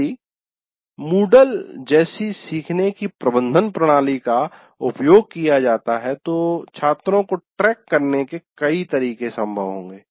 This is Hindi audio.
यदि MOODLE जैसी सीखने की प्रबंधन प्रणाली का उपयोग किया जाता है तो छात्रों को ट्रैक करने के कई तरीके संभव होंगे